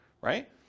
right